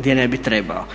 gdje ne bi trebalo.